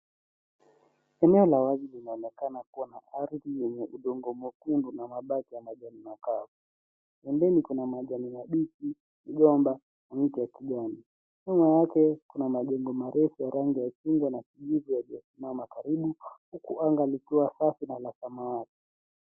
Eneo la wazi linaonekana kua na ardhi yenye udongo mwekundu na mabaki ya majani makavu. Eneo iko na majani mabichi, migomba, na miti ya kijani. Nyuma yake kuna majengo marefu ya rangi ya chungwa na kijivu yaliyosimama karibu, huku anga likiwa safi na la samawati.